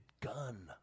gun